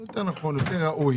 זה יותר נכון, יותר ראוי.